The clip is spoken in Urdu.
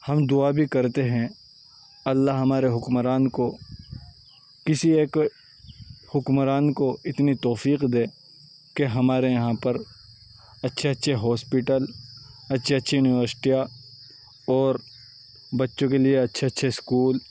ہم دعا بھی کرتے ہیں اللہ ہمارے حکمران کو کسی ایک حکمران کو اتنی توفیق دے کہ ہمارے یہاں پر اچھے اچھے ہاسپٹل اچھی اچھی یونیورسٹیاں اور بچوں کے لیے اچھے اچھے اسکول